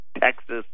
Texas